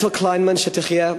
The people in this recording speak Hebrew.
אתל קליינמן שתחיה,